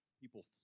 people